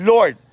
Lord